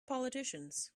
politicians